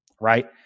Right